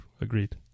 agreed